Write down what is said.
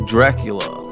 Dracula